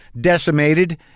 decimated